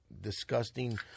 disgusting